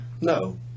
No